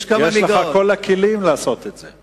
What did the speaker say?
יש לך כל הכלים לעשות את זה.